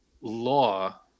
law